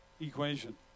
equation